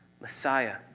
Messiah